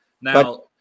Now